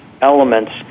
elements